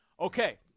Okay